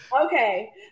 Okay